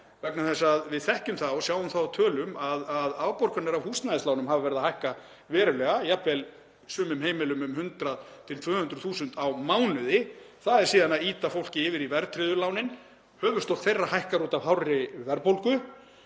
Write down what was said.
vegna þess að við þekkjum það og sjáum það á tölum að afborganir af húsnæðislánum hafa verið að hækka verulega, jafnvel á sumum heimilum um 100.000–200.000 kr. á mánuði. Það er síðan að ýta fólki yfir í verðtryggðu lánin. Höfuðstóll þeirra hækkar út af hárri verðbólgu.